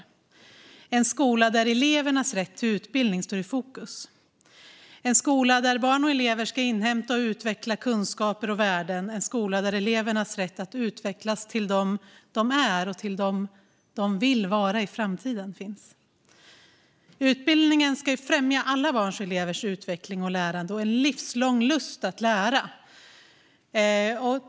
Det är en skola där elevernas rätt till utbildning står i fokus, en skola där barn och elever kan inhämta och utveckla kunskaper och värden, en skola där eleverna har rätt att utvecklas till dem de är och till dem de vill vara i framtiden. Utbildningen ska främja alla barns och elevers utveckling och lärande och en livslång lust att lära.